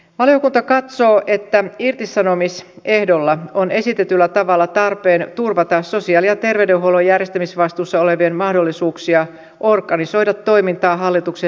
valiokunta katsoo että irtisanomisehdolla on esitetyllä tavalla tarpeen turvata sosiaali ja terveydenhuollon järjestämisvastuussa olevien mahdollisuuksia organisoida toimintaa hallituksen linjaamalla tavalla